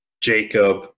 jacob